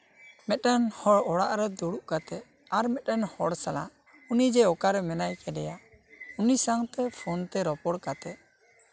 ᱢᱤᱫᱴᱟᱝ ᱦᱚᱲ ᱚᱲᱟᱜᱨᱮ ᱫᱩᱲᱩᱵ ᱠᱟᱛᱮᱜ ᱟᱨ ᱢᱤᱫᱴᱮᱱ ᱦᱚᱲ ᱥᱟᱞᱟᱜ ᱩᱱᱤ ᱡᱮ ᱚᱠᱟᱨᱮ ᱢᱮᱱᱟᱭ ᱠᱟᱫᱮᱭᱟ ᱩᱱᱤ ᱥᱟᱶᱛᱮ ᱯᱷᱳᱱᱛᱮ ᱨᱚᱯᱚᱲ ᱠᱟᱛᱮᱜ